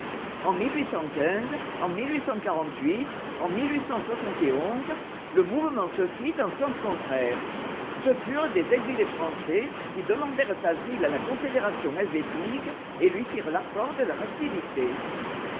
en en en le mouvement se fit en sens contraire ce furent des exilés français qui demandèrent asile à la confédération helvétique et lui firent l'apport de leur activité